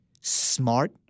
smart